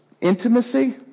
Intimacy